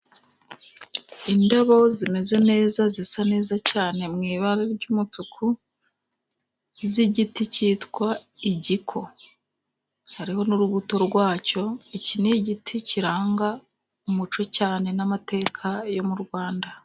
Indabo zimeze neza zisa neza cyane mu ibara ry'umutuku z'igiti cyitwa igiko hariho n'urubuto rwacyo. Iki ni igiti kiranga umuco cyane n'amateka yo mu Rwanda.